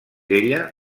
ella